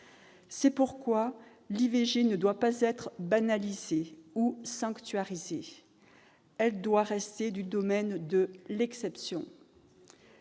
C'est pourquoi l'IVG ne doit pas être banalisée ou sanctuarisée. Elle doit rester du domaine de l'exception.